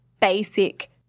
basic